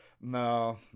No